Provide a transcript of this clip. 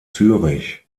zürich